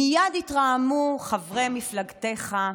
מייד התרעמו חברי מפלגתך,